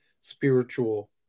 spiritual